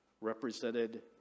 represented